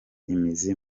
imizi